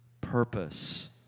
purpose